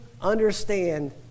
understand